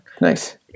nice